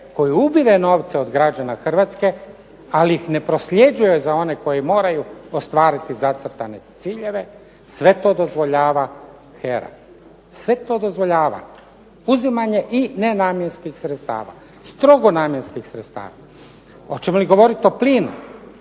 koji ubire novce od građana Hrvatske, ali ih ne prosljeđuju za one koji moraju ostvariti zacrtane ciljeve. Sve to dozvoljava HERA, sve to dozvoljava. Uzimanje i nenamjenskih sredstava, strogo namjenskih sredstava. Hoćemo li govoriti o plinu?